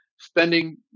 spending